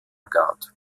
garde